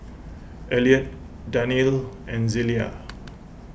Eliot Danelle and Zelia